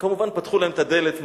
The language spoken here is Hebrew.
כמובן, פתחו להם את הדלת מהר,